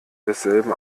desselben